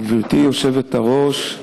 גברתי היושבת-ראש,